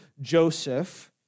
Joseph